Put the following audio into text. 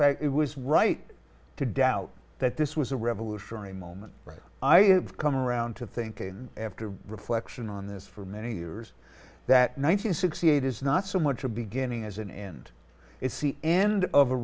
fact it was right to doubt that this was a revolutionary moment i have come around to thinking after reflection on this for many years that nine hundred sixty eight is not so much a beginning as an end it's the end of a